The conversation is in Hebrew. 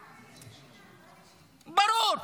ברור.